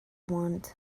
want